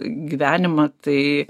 gyvenimą tai